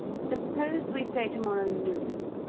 suppose we say to-morrow noon?